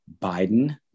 Biden